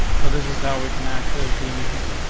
so this is how we can access the images.